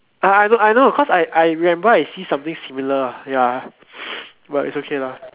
I I I know I know because I I remember I see something similar ya but is okay lah